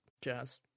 jazz